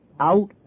out